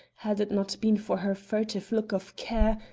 had it not been for her furtive look of care,